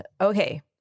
okay